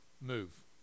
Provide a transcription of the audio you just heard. move